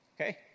Okay